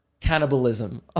cannibalism